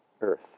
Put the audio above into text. earth